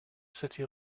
city